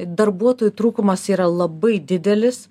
darbuotojų trūkumas yra labai didelis